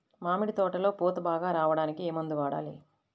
మామిడి తోటలో పూత బాగా రావడానికి ఏ మందు వాడాలి?